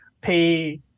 pay